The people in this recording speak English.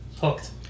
hooked